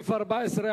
סעיף 14,